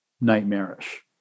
nightmarish